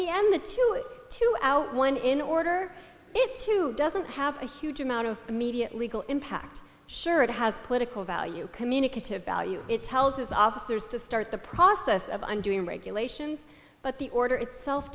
the end the two to out one in order to doesn't have a huge amount of immediately go impact sure it has political value communicative value it tells his officers to start the process of undoing regulations but the order itself